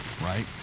right